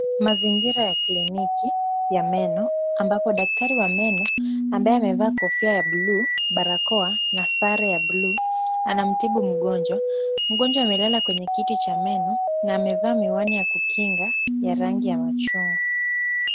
Mazingira ya kliniki ya meno, ambapo daktari wa meno ambaye amevaa kofia ya buluu, barakoa na sare ya buluu anamtibu mgonjwa. Mgonjwa amelala kwenye kiti cha meno na amevaa miwani ya kukinga ya rangi ya machungwa.